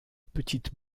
petite